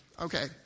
okay